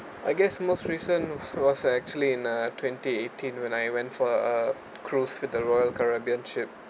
I guess most recent was uh actually in uh twenty eighteen when I went for a cruise with the royal caribbean trip